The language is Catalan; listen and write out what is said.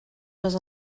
les